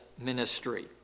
ministry